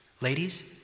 Ladies